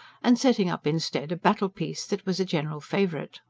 and setting up instead a battle-piece, that was a general favourite.